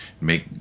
make